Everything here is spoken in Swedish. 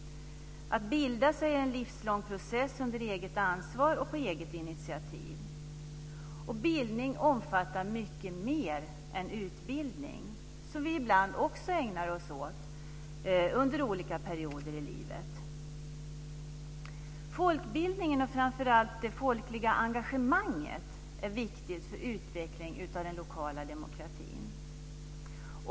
Att bilda sig är en livslång process under eget ansvar och på eget initiativ. Bildning omfattar mycket mer än utbildning, som vi ibland också ägnar oss åt under olika perioder i livet. Folkbildningen och framför allt det folkliga engagemanget är viktigt för utveckling av den lokala demokratin.